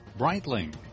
Breitling